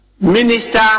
Minister